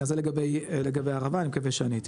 נכון, זה לגבי הערבה, אני מקווה שעניתי.